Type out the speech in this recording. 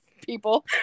people